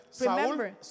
remember